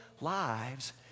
lives